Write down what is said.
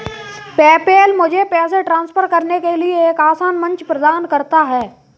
PayPal मुझे पैसे transfer करने के लिए एक आसान मंच प्रदान करता है